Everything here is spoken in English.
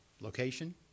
location